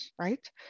right